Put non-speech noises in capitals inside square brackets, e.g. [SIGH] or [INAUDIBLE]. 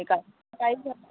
[UNINTELLIGIBLE]